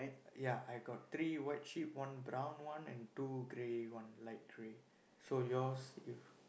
ya I got three white sheep one brown one and two grey one light grey so yours you